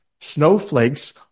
snowflakes